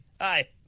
Hi